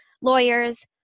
lawyers